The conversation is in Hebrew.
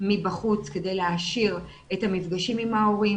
מבחוץ כדי להעשיר את המפגשים עם ההורים.